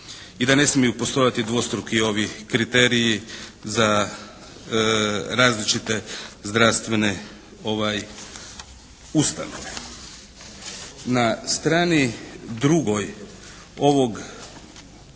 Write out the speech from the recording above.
I da ne smiju postojati dvostruki ovi kriteriji za različite zdravstvene ustanove. Na strani 2. ovog